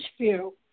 view